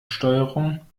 steuerung